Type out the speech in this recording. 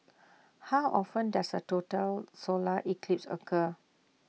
how often does A total solar eclipse occur